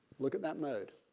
look at that mode.